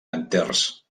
enters